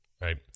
Right